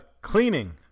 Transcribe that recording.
cleaning